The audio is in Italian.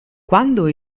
quando